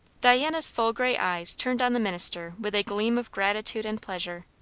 diana's full grey eyes turned on the minister with a gleam of gratitude and pleasure.